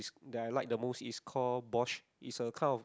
that I like the most is called borscht is a kind of